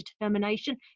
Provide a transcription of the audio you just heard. determination